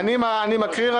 אני מקריא.